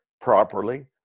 properly